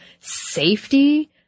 safety